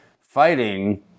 fighting